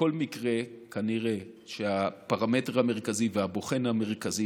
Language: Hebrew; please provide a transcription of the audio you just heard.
בכל מקרה כנראה שהפרמטר המרכזי והבוחן המרכזי,